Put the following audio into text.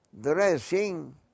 dressing